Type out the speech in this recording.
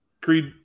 Creed